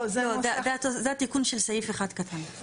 לא, זה התיקון של סעיף 1 קטן.